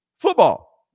football